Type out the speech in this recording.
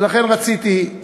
ולכן רציתי,